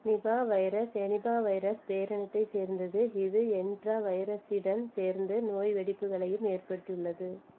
Nipah virus ஹெனிபாவைரஸ் பேரினத்தைச் சேர்ந்தது இது ஹெண்ட்ரா வைரஸுடன் சேர்ந்து நோய் வெடிப்புகளையும் ஏற்படுத்தியுள்ளது